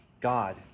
God